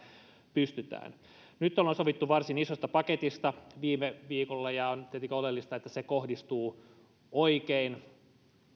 pystytään nyt ollaan sovittu varsin isosta paketista viime viikolla ja on tietenkin oleellista että se kohdistuu oikein